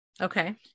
okay